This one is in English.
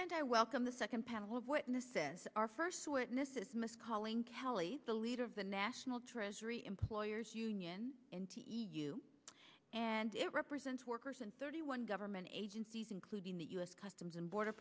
and i welcome the second panel of witnesses our first witnesses calling kelly the leader of the national treasury employers union you and it represents workers and thirty one government agencies including the u s customs and border